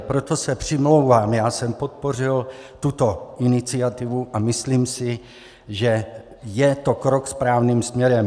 Proto se přimlouvám já jsem podpořil tuto iniciativu a myslím si, že je to krok správným směrem.